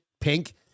pink